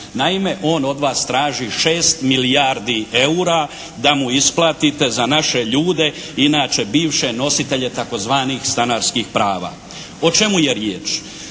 Naime, on od vas traži 6 milijardi eura da mu isplatite za naše ljude, inače bivše nositelje tzv. stanarskih prava. O čemu je riječ?